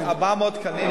מאות, 400 תקנים